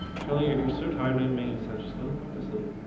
chilly you're you're so tired. i'm making sighs just go the fuck to sleep